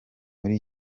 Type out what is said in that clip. muri